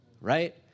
right